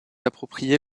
appropriée